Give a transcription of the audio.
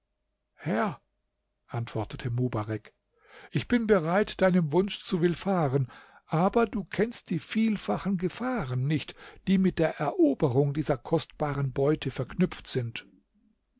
herr antwortete mobarek ich bin bereit deinem wunsch zu willfahren aber du kennst die vielfachen gefahren nicht die mit der eroberung dieser kostbaren beute verknüpft sind